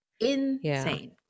Insane